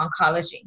oncology